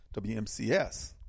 WMCS